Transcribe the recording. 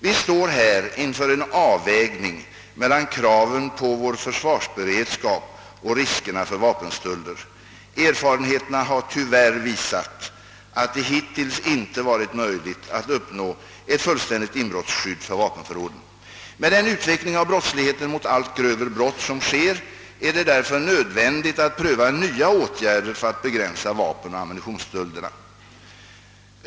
Vi står här inför en avvägning mellan kraven på vår försvarsberedskap och riskerna för vapenstölder. Erfarenheterna har tyvärr visat att det hittills inte varit möjligt att uppnå ett fullständigt inbrottsskydd för vapenförråden. Med den utveckling av brottsligheten mot allt grövre brott som sker är det därför nödvändigt att pröva nya åtgär der för att begränsa vapenoch ammunitionsstölderna.